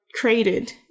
created